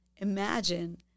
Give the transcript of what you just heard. Imagine